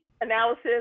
analysis